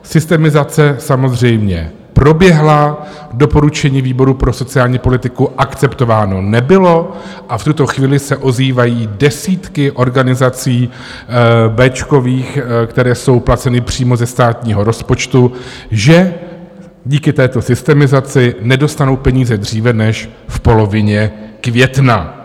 Systemizace samozřejmě proběhla, doporučení výboru pro sociální politiku akceptováno nebylo a v tuto chvíli se ozývají desítky organizací béčkových, které jsou placeny přímo ze státního rozpočtu, že díky této systemizaci nedostanou peníze dříve než v polovině května.